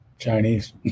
Chinese